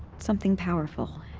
something powerful,